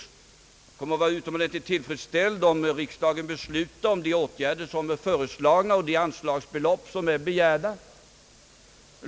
Jag kommer att vara utomordentligt tillfredsställd, om riksdagen beslutar om de åtgärder som är föreslagna och beviljar de anslagsbelopp som är begärda.